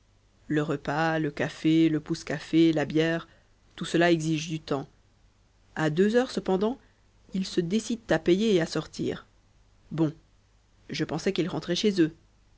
le repas le café le pousse-café la bière tout cela exige du temps à deux heures cependant ils se décident à payer et à sortir bon je pensais qu'ils rentraient chez eux